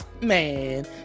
man